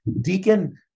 Deacon